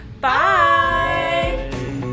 Bye